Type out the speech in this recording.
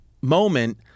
moment